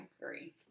agree